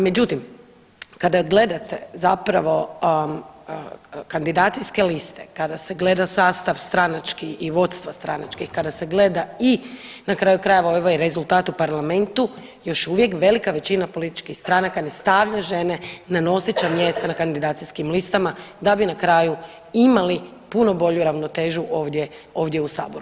Međutim, kada odgledate zapravo kandidacijske liste, kada se gleda sastav stranački i vodstva stranački, kada se gleda i na kraju krajeva i ovaj rezultat u parlamentu još uvijek velika većina političkih stranaka ne stavlja žene na noseća mjesta na kandidacijskim listama da bi na kraju imali puno bolju ravnotežu ovdje u saboru.